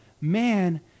man